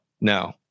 no